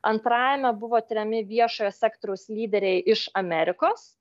antrajame buvo tiriami viešojo sektoriaus lyderiai iš amerikos